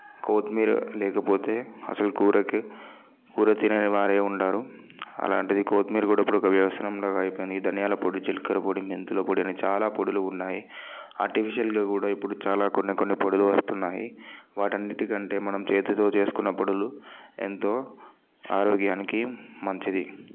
కొత్తిమీర లేకపోతే అసల కూరకి కూర తినని వారే ఉండరు అలాంటిది కొత్తిమీర కూడా ఇప్పుడు ఒక వ్యసనంలాగా అయిపోయింది ఈ ధనియాల పొడి జీలకర్ర పొడి మెంతుల పొడని చాలా పొడులు ఉన్నాయి ఆర్టిఫిషియల్గా కూడా ఇప్పుడు చాలా చాలా కొన్ని కొన్ని పొడులు వస్తున్నాయి వాటన్నిటి కంటే మనం చేతితో చేసుకున్న పొడులు ఎంతో ఆరోగ్యానికి మంచిది